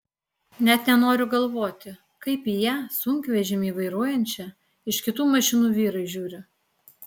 net nenoriu galvoti kaip į ją sunkvežimį vairuojančią iš kitų mašinų vyrai žiūri